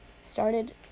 started